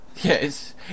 Yes